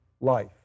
life